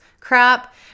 crap